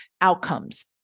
outcomes